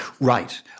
Right